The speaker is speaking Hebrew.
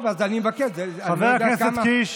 חבר הכנסת קיש.